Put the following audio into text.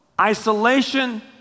Isolation